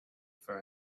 for